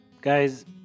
Guys